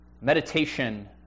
meditation